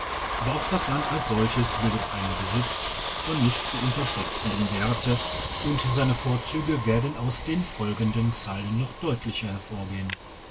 aber auch das land als solches bildet einen besitz von nicht zu unterschätzendem werte und seine vorzüge werden aus den folgenden zeilen noch deutlicher hervorgehen